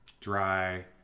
dry